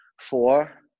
four